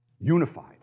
unified